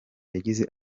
yagize